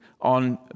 on